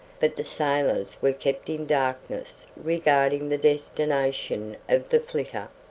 but the sailors were kept in darkness regarding the destination of the flitter.